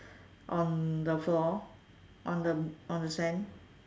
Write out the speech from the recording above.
on the floor on the on the sand